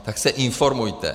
Tak se informujte.